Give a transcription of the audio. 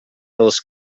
dels